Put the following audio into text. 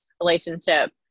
relationship